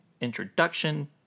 Introduction